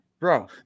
bro